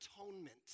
atonement